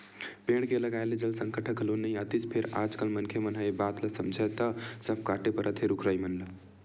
पेड़ के लगाए ले जल संकट ह घलो नइ आतिस फेर आज कल मनखे मन ह ए बात ल समझय त सब कांटे परत हे रुख राई मन ल